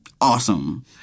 awesome